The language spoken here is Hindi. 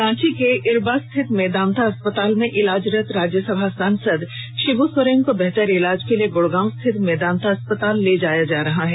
रांची के इरबा स्थित मेदांता अस्पताल में इलाजरत राज्यसभा सांसद शिब् सोरेन को बेहतर इलाज के लिए गुड़गांव स्थित मेदांता अस्पताल ले जाया जा रहा है